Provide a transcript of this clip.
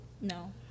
No